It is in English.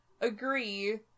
agree